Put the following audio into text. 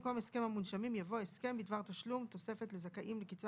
במקום "הסכם המונשמים" יבוא: "הסכם בדבר תשלום תוספת לזכאים לקצבה